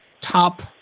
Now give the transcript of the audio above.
top